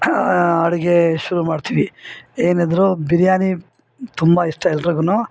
ಅಡುಗೆ ಶುರು ಮಾಡ್ತೀವಿ ಏನಿದ್ರು ಬಿರಿಯಾನಿ ತುಂಬ ಇಷ್ಟ ಎಲ್ರುಗು